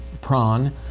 prawn